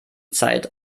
zeit